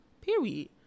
Period